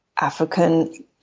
African